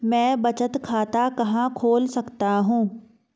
मैं बचत खाता कहां खोल सकता हूं?